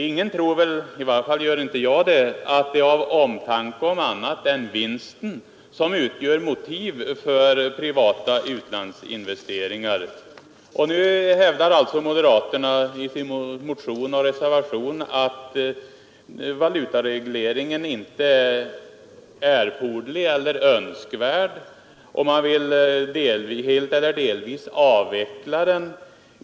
Ingen tror väl — i varje fall gör inte jag det — att det är något annat än vinsten som utgör motivet för privata utlandsinvesteringar. Nu hävdar alltså moderaterna i sin motion och reservation att valutaregleringen inte är erforderlig eller önskvärd och vill helt eller delvis avveckla den.